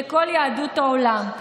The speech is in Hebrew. לכל יהדות העולם.